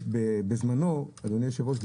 בזמנו אדוני היושב ראש,